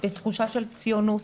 בתחושה של ציונות,